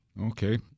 Okay